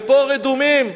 ופה רדומים.